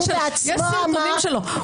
יש סרטונים שלו.